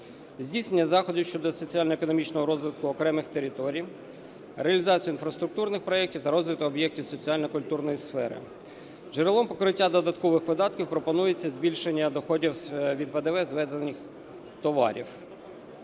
здійснення заходів щодо соціально-економічного розвитку окремих територій; реалізацію інфраструктурних проектів та розвиток об'єктів соціально-культурної сфери. Джерелом покриття додаткових видатків пропонується збільшення доходів від ПДВ з ввезених товарів.